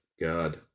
God